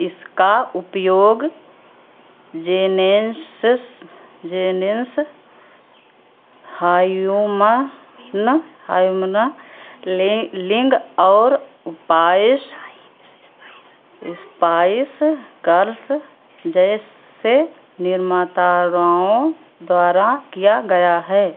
इसका उपयोग जेनेन्सेस जेन्ट्स हायूमा न ह्यूमन लिन्ग और उपाय इस्पाइस कर्स जैसे निर्माताओं द्वारा किया गया है